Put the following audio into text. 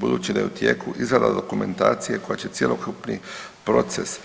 Budući da je u tijeku izrada dokumentacije koja će cjelokupni proces